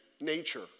nature